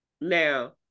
Now